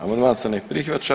Amandman se ne prihvaća.